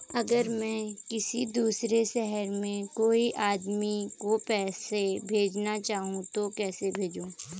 अगर मैं किसी दूसरे शहर में कोई आदमी को पैसे भेजना चाहूँ तो कैसे भेजूँ?